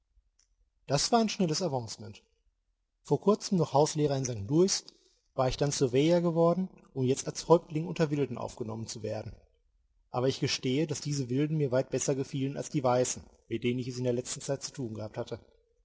das war ein schnelles avancement vor kurzem noch hauslehrer in st louis war ich dann surveyor geworden um jetzt als häuptling unter wilden aufgenommen zu werden aber ich gestehe daß diese wilden mir weit besser gefielen als die weißen mit denen ich es in der letzten zeit zu tun gehabt hatte